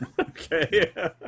Okay